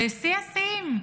ושיא השיאים,